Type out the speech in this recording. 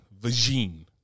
Vagine